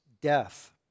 death